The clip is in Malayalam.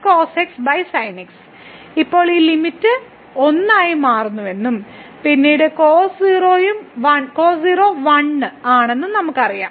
cosxsinx ഇപ്പോൾ ഈ ലിമിറ്റ് 1 ആയി മാറുന്നുവെന്നും പിന്നീട് cos 0 ഉം 1 ആണെന്നും നമുക്കറിയാം